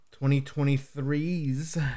2023's